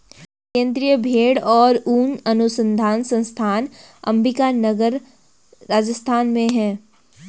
केन्द्रीय भेंड़ और ऊन अनुसंधान संस्थान अम्बिका नगर, राजस्थान में है